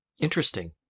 Interesting